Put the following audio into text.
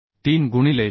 3 गुणिले 454